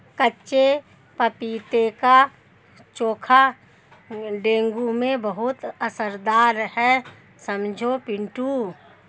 कच्चे पपीते का चोखा डेंगू में बहुत असरदार है समझे पिंटू